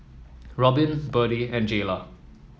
Robyn Byrdie and Jaylah